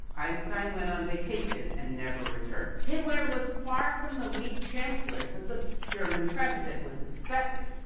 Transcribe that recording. einstein went on vacation and never returned. hitler was far from the weak chancellor, that the german president was expecting.